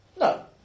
No